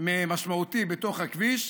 משמעותי בתוך הכביש,